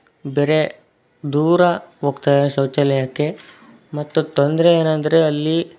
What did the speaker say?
ಬೇರೆ ದೂರ ಹೋಗ್ತಾರೆ ಶೌಚಾಲಯಕ್ಕೆ ಮತ್ತು ತೊಂದರೆ ಏನಂದರೆ ಅಲ್ಲಿ